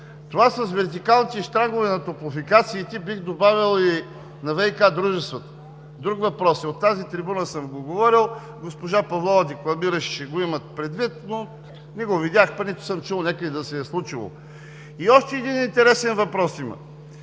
Това с вертикалните щрангове на топлофикациите, бих добавил и на ВиК дружествата, е друг въпрос. От тази трибуна съм го говорил. Госпожа Павлова декламираше, че ще го имат предвид, но не го видях, пък нито съм чул някъде да се е случило. И още един интересен въпрос има